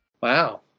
Wow